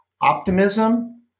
optimism